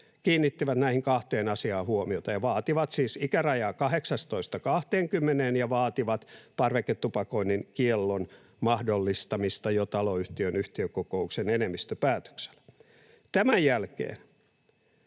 kiinnittävät näihin kahteen asiaan huomiota ja vaativat siis ikärajaa 18:sta 20:een ja vaativat parveketupakoinnin kiellon mahdollistamista jo taloyhtiön yhtiökokouksen enemmistöpäätöksellä. Tämän jälkeen